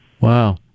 wow